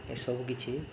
ଏସବୁ କିଛି